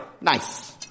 nice